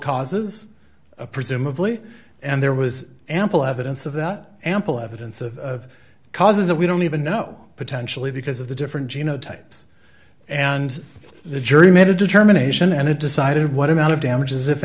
causes presumably and there was ample evidence of that ample evidence of causes that we don't even know potentially because of the different geno types and the jury made a determination and it decided what amount of damages if